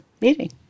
meeting